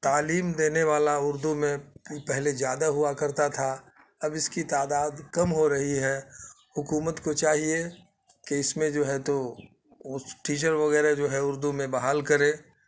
تعلیم دینے والا اردو میں پہلے زیادہ ہوا کرتا تھا اب اس کی تعداد کم ہو رہی ہے حکومت کو چاہیے کہ اس میں جو ہے تو اس ٹیچر وغیرہ جو ہے اردو میں بحال کرے